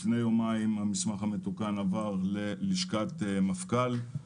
לפני יומיים המסמך המתוקן עבר ללשכת מפכ"ל.